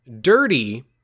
Dirty